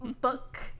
book